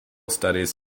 studies